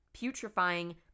putrefying